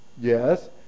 yes